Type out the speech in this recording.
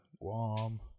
Guam